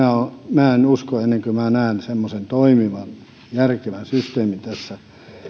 minä en usko ennen kuin minä näen semmoisen toimivan järkevän systeemin tässä